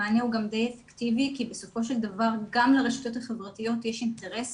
המענה הוא גם די אפקטיבי כי בסופו של דבר גם לרשתות החברתיות יש אינטרס